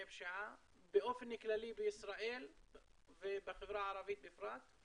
פשיעה באופן כללי בישראל ובחברה הערבית בפרט?